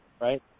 right